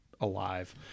alive